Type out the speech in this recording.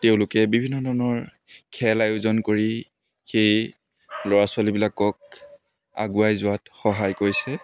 তেওঁলোকে বিভিন্ন ধৰণৰ খেল আয়োজন কৰি সেই ল'ৰা ছোৱালীবিলাকক আগুৱাই যোৱাত সহায় কৰিছে